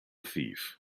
thief